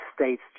states